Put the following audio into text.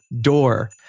door